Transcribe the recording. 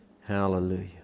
Hallelujah